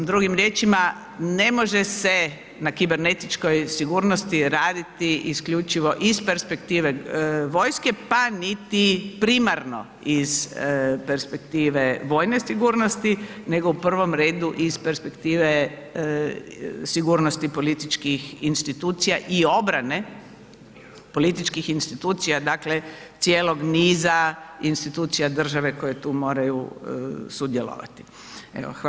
Drugim riječima, ne može se na kibernetičkoj sigurnosti raditi isključivo iz perspektive vojske pa niti primarno iz perspektive vojne sigurnosti, nego u prvom redu iz perspektive sigurnosti političkih institucija i obrane političkih institucija, dakle cijelog niza institucija države koje tu moraju sudjelovati.